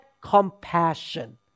compassion